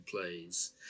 plays